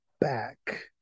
back